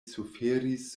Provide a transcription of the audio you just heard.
suferis